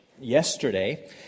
yesterday